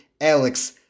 Alex